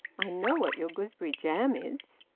i know what your gooseberry-jam is.